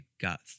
got